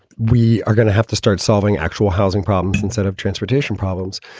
we are going to have to start solving actual housing problems instead of transportation problems.